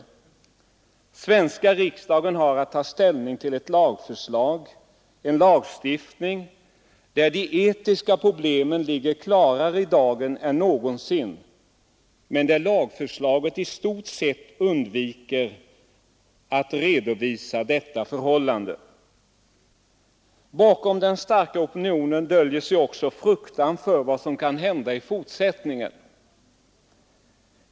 Den svenska riksdagen har att ta ställning till ett lagförslag på ett område där de etiska problemen ligger klarare i dagen än någonsin, men ett lagförslag som i stort sett undviker att redovisa detta förhållande. Bakom den starka opinionen döljer sig också fruktan för vad som kan hända i fortsättningen.